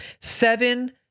Seven